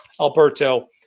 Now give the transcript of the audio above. Alberto